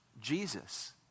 Jesus